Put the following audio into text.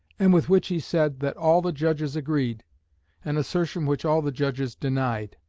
and with which he said that all the judges agreed an assertion which all the judges denied.